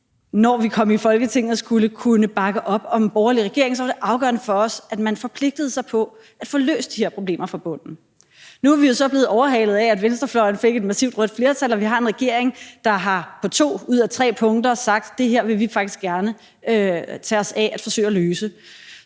når vi kom i Folketinget, skulle kunne bakke op om en borgerlig regering, så var det afgørende for os, at man forpligtede sig på at få løst de her problemer fra bunden. Nu er vi jo så blevet overhalet af, at venstrefløjen fik et massivt rødt flertal og vi har en regering, der på to ud af tre punkter har sagt: Det her vil vi faktisk gerne tage os af og forsøge at løse.